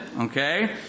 Okay